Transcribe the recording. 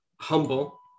humble